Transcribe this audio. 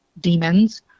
demons